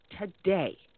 today